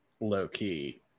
low-key